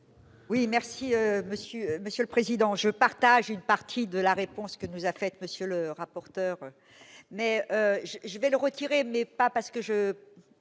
Oui, merci Monsieur Monsieur le Président, je partage une partie de la réponse que nous a fait monsieur le rapporteur, mais je, je vais le retirer mais pas parce que je